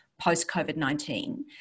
post-COVID-19